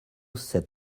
sept